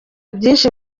byinshi